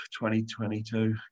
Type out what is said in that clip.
2022